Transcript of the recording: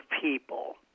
people